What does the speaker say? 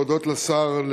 להודות לשר,